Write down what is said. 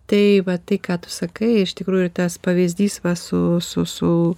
tai va tai ką tu sakai iš tikrųjų ir tas pavyzdys va su su su